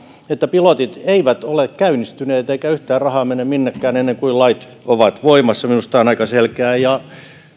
että pilotit eivät ole käynnistyneet eikä yhtään rahaa mene minnekään ennen kuin lait ovat voimassa minusta tämä on aika selkeää ja